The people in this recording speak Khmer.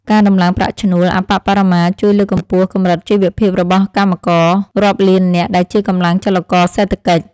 ការដំឡើងប្រាក់ឈ្នួលអប្បបរមាជួយលើកកម្ពស់កម្រិតជីវភាពរបស់កម្មកររាប់លាននាក់ដែលជាកម្លាំងចលករសេដ្ឋកិច្ច។